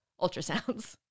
ultrasounds